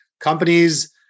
Companies